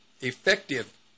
effective